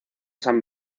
san